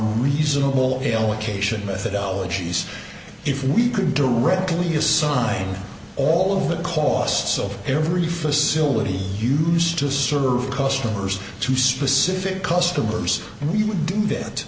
reasonable ala cation methodology if we could directly assign all of the costs of every facility used to serve customers to specific customers we would do that